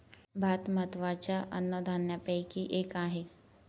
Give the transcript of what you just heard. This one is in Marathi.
भात महत्त्वाच्या अन्नधान्यापैकी एक आहे